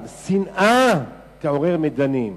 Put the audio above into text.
שנאה תעורר מדנים,